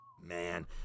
man